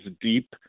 deep